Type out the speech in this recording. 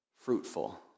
fruitful